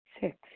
Six